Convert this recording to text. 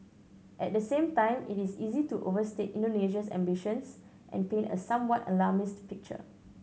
at the same time it is easy to overstate Indonesia's ambitions and paint a somewhat alarmist picture